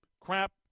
crap